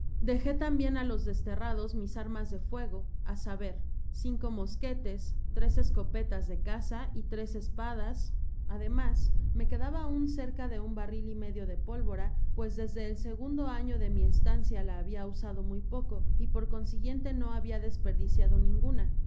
dejé tambien á los desterrados mis armas de fuego á saber cinco mosquetes tres escopetas de caza y tres esespadas ademas me quedaba aun cerea de un barril y medio de pólvora pues desde el segundo año de mi estancia la habia usado muy poco y por consiguiente no habia desperdiciado ninguna